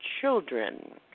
children